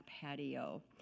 patio